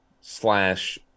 slash